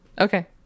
Okay